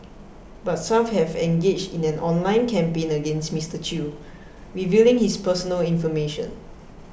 but some have engaged in an online campaign against Mister Chew revealing his personal information